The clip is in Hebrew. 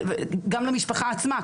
גם למשפחה עצמה,